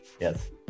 yes